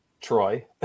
Troy